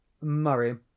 murray